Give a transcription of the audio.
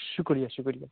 شکریہ شکریہ